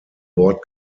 bord